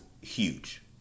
huge